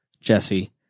Jesse